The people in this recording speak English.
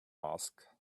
asked